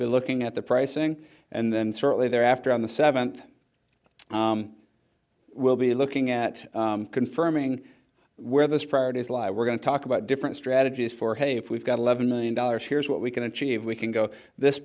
be looking at the pricing and then certainly they're after on the seventh we'll be looking at confirming where those priorities lie we're going to talk about different strategies for hey if we've got eleven million dollars here's what we can achieve we can go this